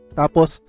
tapos